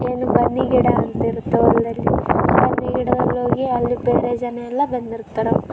ಏನು ಬನ್ನಿಗಿಡ ಅಂತಿರುತ್ತೆ ಹೊಲ್ದಲ್ಲಿ ಬನ್ನಿ ಗಿಡಲ್ಲೋಗಿ ಅಲ್ಲಿ ಬೇರೆ ಜನಯೆಲ್ಲ ಬಂದಿರ್ತಾರೆ